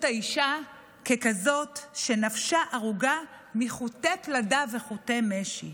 האישה ככזאת שנפשה ארוגה מחוטי פלדה וחוטי משי.